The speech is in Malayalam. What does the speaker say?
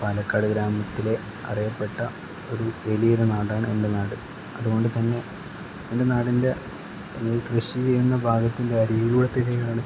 പാലക്കാട് ഗ്രാമത്തിലെ അറിയപ്പെട്ട ഒരു വലിയൊരു നാടാണ് എൻ്റെ നാട് അതുകൊണ്ട് തന്നെ എൻ്റെ നാടിൻ്റെ ഈ കൃഷി ചെയ്യുന്ന ഭാഗത്തിൻ്റെ അരികിലൂടെത്തന്നെയാണ്